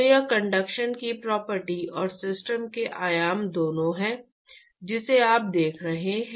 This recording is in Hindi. तो यह कंडक्शन की प्रॉपर्टी और सिस्टम के आयाम दोनों है जिसे आप देख रहे हैं